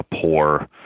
poor